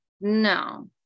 No